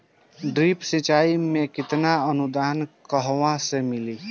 Drip सिंचाई मे केतना अनुदान कहवा से मिली?